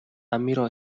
ammirò